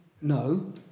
No